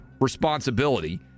responsibility